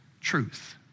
Truth